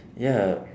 ya